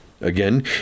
Again